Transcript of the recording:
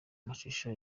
amashusho